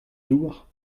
douar